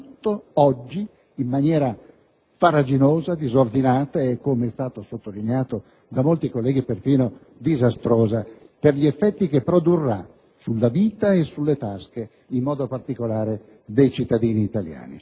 oggi in maniera farraginosa, disordinata e - come è stato sottolineato da molti colleghi - perfino disastrosa per gli effetti che produrrà sulla vita e in particolare sulle tasche dei cittadini italiani.